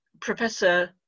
Professor